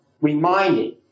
reminded